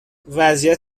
وضعیت